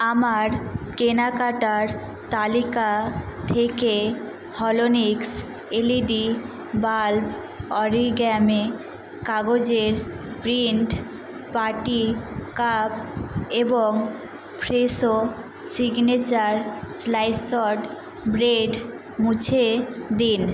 আমার কেনাকাটার তালিকা থেকে হলোনিক্স এলইডি বাল্ব অরিগ্যামি কাগজের প্রিন্ট পার্টি কাপ এবং ফ্রেশো সিগনেচার স্লাইসড ব্রেড মুছে দিন